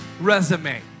resume